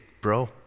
bro